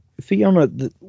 Fiona